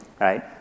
right